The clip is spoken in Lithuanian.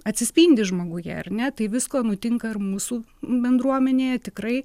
atsispindi žmoguje ar ne tai visko nutinka ir mūsų bendruomenėje tikrai